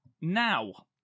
now